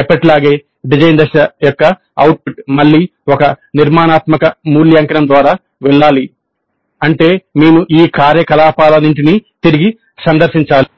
ఎప్పటిలాగే డిజైన్ దశ యొక్క అవుట్పుట్ మళ్ళీ ఒక నిర్మాణాత్మక మూల్యాంకనం ద్వారా వెళ్ళాలి అంటే మేము ఈ కార్యకలాపాలన్నింటినీ తిరిగి సందర్శించాలి